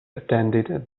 attended